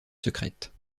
secrète